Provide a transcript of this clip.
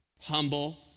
Humble